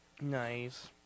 Nice